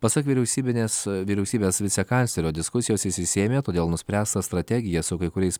pasak vyriausybinės vyriausybės vicekanclerio diskusijos išsisėmė todėl nuspręsta strategija su kai kuriais